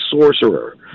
sorcerer